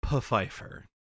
Pfeiffer